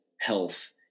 health